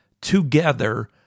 together